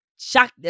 Shock